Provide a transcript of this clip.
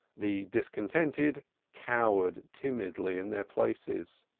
the discontented cowered timidly in their places.